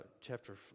chapter